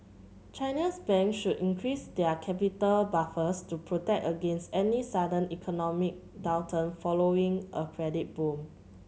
China's bank should increase their capital buffers to protect against any sudden economic downturn following a credit boom